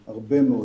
הורים,